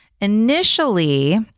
initially